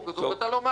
ואתה לא מאפשר לי.